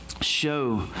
show